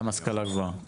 גם השכלה גבוהה.